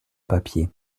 papier